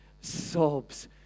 sobs